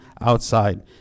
outside